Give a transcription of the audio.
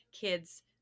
kids